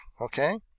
okay